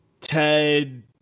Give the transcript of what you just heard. Ted